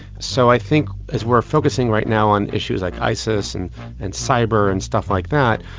so i think as we're focusing right now on issues like isis and and cyber and stuff like that,